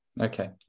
Okay